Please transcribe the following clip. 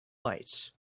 lights